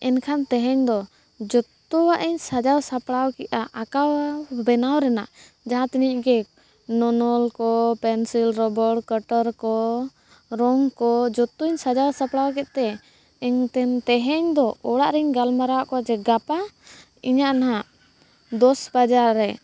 ᱮᱱᱠᱷᱟᱱ ᱛᱮᱦᱮᱧ ᱫᱚ ᱡᱚᱛᱚᱣᱟᱜ ᱤᱧ ᱥᱟᱡᱟᱣ ᱥᱟᱚᱲᱟᱣ ᱠᱮᱜᱼᱟ ᱟᱠᱟᱣ ᱵᱮᱱᱟᱣ ᱨᱮᱱᱟᱜ ᱡᱟᱦᱟᱸ ᱛᱤᱱᱟᱹᱜ ᱜᱮ ᱱᱚᱱᱚᱞ ᱠᱚ ᱯᱮᱱᱥᱤᱞ ᱨᱚᱵᱚᱲ ᱠᱟᱴᱟᱨ ᱠᱚ ᱨᱚᱝ ᱠᱚ ᱡᱚᱛᱚᱧ ᱥᱟᱡᱟᱣ ᱥᱟᱯᱲᱟᱣ ᱠᱮᱫ ᱛᱮ ᱤᱧ ᱛᱮᱧ ᱛᱮᱦᱮᱧ ᱫᱚ ᱚᱲᱟᱜ ᱨᱤᱧ ᱜᱟᱞᱢᱟᱨᱟᱣᱟᱫ ᱠᱚᱣᱟ ᱡᱮ ᱜᱟᱯᱟ ᱤᱧᱟᱜ ᱱᱟᱜ ᱫᱚᱥ ᱵᱟᱡᱟᱣᱚᱜ ᱨᱮ